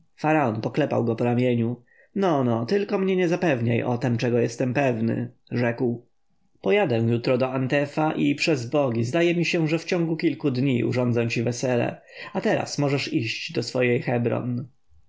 poklepał go po ramieniu no no tylko mnie nie zapewniaj o tem czego jestem pewny rzekł pojadę jutro do antefa i przez bogi zdaje mi się że w ciągu kilku dni urządzę ci wesele a teraz możesz iść do swojej hebron